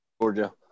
Georgia